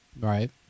Right